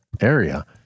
area